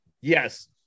Yes